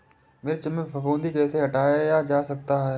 मिर्च में फफूंदी कैसे हटाया जा सकता है?